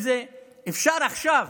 אפשר עכשיו,